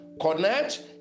connect